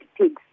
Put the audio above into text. pigs